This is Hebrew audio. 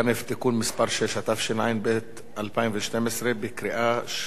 התשע"ב 2012. מי בעד?